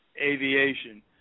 aviation